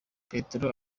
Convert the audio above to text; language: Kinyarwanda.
petero